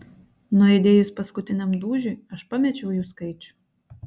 nuaidėjus paskutiniam dūžiui aš pamečiau jų skaičių